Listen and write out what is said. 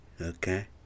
okay